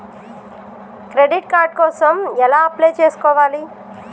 Credit card కోసం ఎలా apply చేసుకోవాలి?